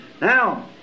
Now